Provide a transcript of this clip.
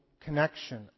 connection